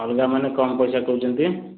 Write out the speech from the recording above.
ଅଲଗା ମାନେ କମ ପଇସା କହୁଛନ୍ତି